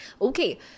okay